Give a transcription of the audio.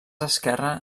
esquerre